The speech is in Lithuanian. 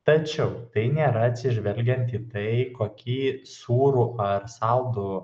tačiau tai nėra atsižvelgiant į tai kokį sūrų ar saldų